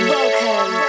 Welcome